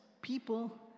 people